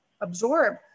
absorb